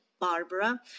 Barbara